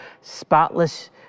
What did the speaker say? spotless